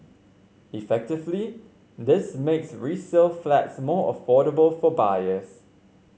effectively this makes resale flats more affordable for buyers